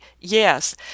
yes